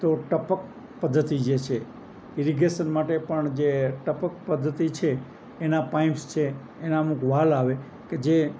તો ટપક પદ્ધતિ જે છે ઇરીગેશન માટે પણ જે ટપક પદ્ધતિ છે એના પાઇપ્સ છે એના અમુક વાલ આવે કે જે